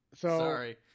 Sorry